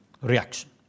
reaction